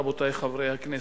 רבותי חברי הכנסת,